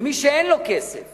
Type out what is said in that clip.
ומי שאין לו כסף